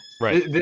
Right